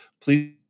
please